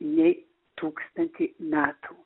nei tūkstantį metų